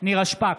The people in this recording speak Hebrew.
נירה שפק,